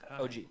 OG